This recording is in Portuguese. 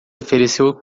ofereceu